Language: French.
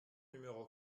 numéro